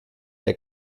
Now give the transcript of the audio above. der